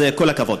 אז כל הכבוד.